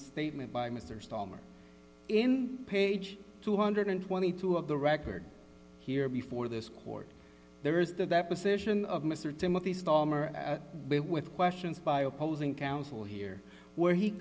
statement by mr starmer in page two hundred and twenty two of the record here before this court there is the deposition of mr timothy with questions by opposing counsel here where he